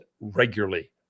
regularly